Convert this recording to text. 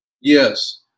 Yes